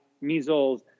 measles